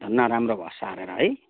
धन्न राम्रो भयो सारेर है